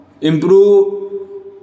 improve